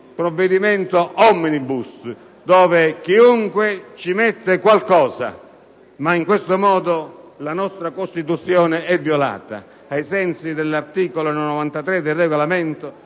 provvedimento *omnibus*, dove chiunque mette qualcosa. Ma in questo modo la nostra Costituzione è violata. Ai sensi dell'articolo 93 del Regolamento,